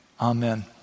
Amen